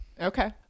Okay